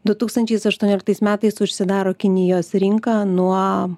du tūkstančiais aštuonioliktais metais užsidaro kinijos rinka nuo